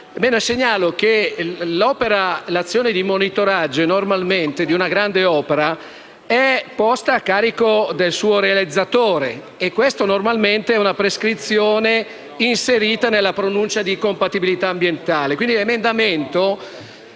Segnalo che l'azione di monitoraggio di una grande opera è normalmente posta a carico del suo realizzatore (si tratta di una prescrizione inserita nella pronuncia di compatibilità ambientale).